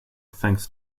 thanks